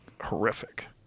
horrific